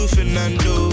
Fernando